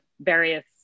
various